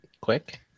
quick